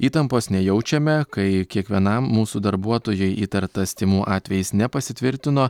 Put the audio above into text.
įtampos nejaučiame kai kiekvienam mūsų darbuotojui įtartas tymų atvejis nepasitvirtino